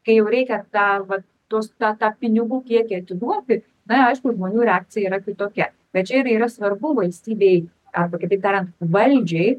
kai jau reikia tą vat tuos tą tą pinigų kiekį atiduoti na aišku žmonių reakcija yra kitokia bet čia ir yra svarbu valstybei arba kitaip tariant valdžiai